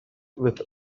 with